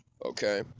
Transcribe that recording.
Okay